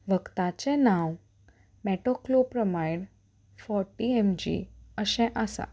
वखदाचें नांव metoclopramide forty M G अशें आसा